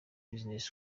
business